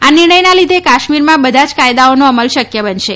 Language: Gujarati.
આ નિર્ણયના લીધે કાશ્મીરમાં બધા જ કાયદાઓનો અમલ શક્ય બનશે